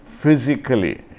physically